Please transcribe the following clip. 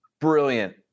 brilliant